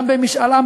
גם במשאל עם,